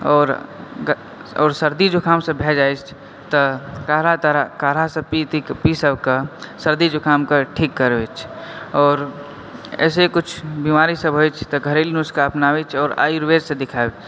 और और सर्दी जुकाम सब भए जाइ छै तऽ काढ़ा ताढ़ा काढ़ा सब पी तीकऽ सर्दी जुकामके ठीक करै छियै और ऐसे ही कुछ बीमारी सब होइ छै तऽ घरेलू नुस्खा अपनाबै छियै और आयुर्वेदसऽ देखायब